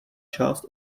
část